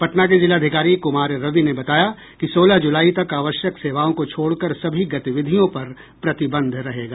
पटना के जिलाधिकारी कुमार रवि ने बताया कि सोलह जुलाई तक आवश्यक सेवाओं को छोड़कर सभी गतिविधियों पर प्रतिबंध रहेगा